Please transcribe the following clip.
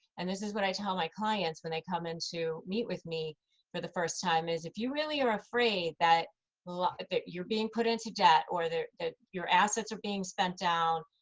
and this is what i tell my clients when they come in to meet with me for the first time, is if you really are afraid that like that you're being put into debt or that your assets are being spent down,